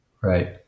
Right